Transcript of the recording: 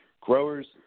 Growers